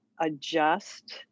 adjust